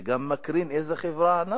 זה גם מקרין איזו חברה אנחנו.